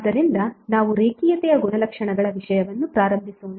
ಆದ್ದರಿಂದ ನಾವು ರೇಖೀಯತೆಯ ಗುಣಲಕ್ಷಣಗಳ ವಿಷಯವನ್ನು ಪ್ರಾರಂಭಿಸೋಣ